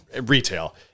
Retail